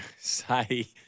say